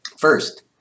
First